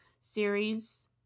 series